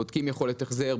בודקים יכולת החזר,